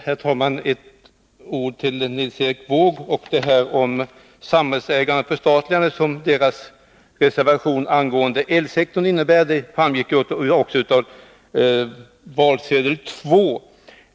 Herr talman! Först ett ord till Nils Erik Wååg. Detta om samhällsägande och förstatligande som socialdemokraternas reservation angående elsektorn innebär framgick också av valsedel 2.